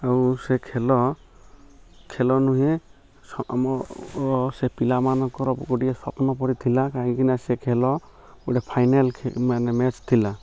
ଆଉ ସେ ଖେଳ ଖେଳ ନୁହେଁ ଆମ ସେ ପିଲାମାନଙ୍କର ଗୋଟିଏ ସ୍ୱପ୍ନ ପଡ଼ି ଥିଲା କାହିଁକିନା ସେ ଖେଳ ଗୋଟେ ଫାଇନାଲ୍ ମାନେ ମ୍ୟାଚ୍ ଥିଲା